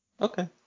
Okay